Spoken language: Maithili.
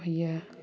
होइए